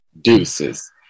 deuces